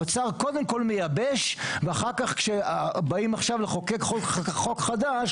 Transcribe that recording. האוצר קודם כל מייבש ואחר כך כשבאים לחוקק חוק חדש